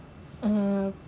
uh